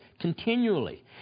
continually